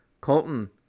Colton